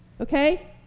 okay